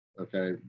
okay